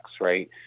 right